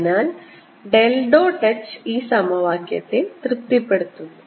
അതിനാൽ del dot h ഈ സമവാക്യത്തെ തൃപ്തിപ്പെടുത്തുന്നു